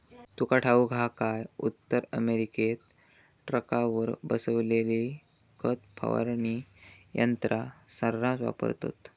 तुका ठाऊक हा काय, उत्तर अमेरिकेत ट्रकावर बसवलेली खत फवारणी यंत्रा सऱ्हास वापरतत